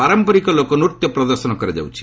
ପାରମ୍ପରିକ ଲୋକନୃତ୍ୟ ପ୍ରଦର୍ଶନ କରାଯାଉଛି